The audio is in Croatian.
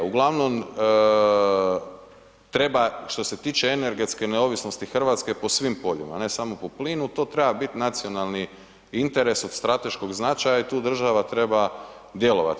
Uglavnom, treba što se tiče energetske neovisnosti Hrvatske po svim poljima ne samo po plinu, to treba bit nacionalni interes od strateškog značaja i tu država treba djelovati.